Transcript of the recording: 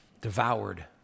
devoured